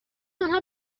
آنها